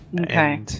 Okay